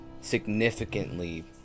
significantly